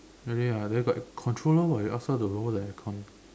by the way ya there's like a controller [what] you ask her to lower the aircon